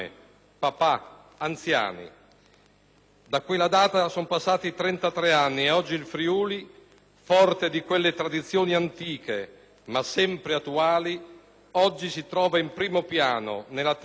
Da quella data sono passati trentatré anni e oggi il Friuli, forte di quelle tradizioni antiche, ma sempre attuali, si trova in primo piano nella triste storia di Eluana Englaro.